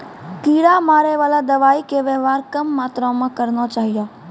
कीड़ा मारैवाला दवाइ के वेवहार कम मात्रा मे करना चाहियो